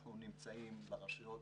אנחנו נמצאים ברשויות,